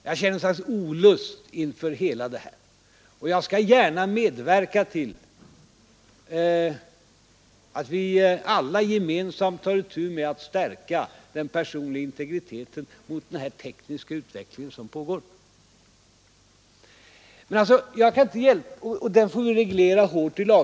Jag känner ett slags olust inför det, och jag skall gärna medverka till att vi alla gemensamt tar itu med att stärka den personliga integriteten gentemot den tekniska utveckling som pågår. Den får vi reglera hårt i lag.